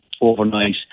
overnight